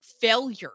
failure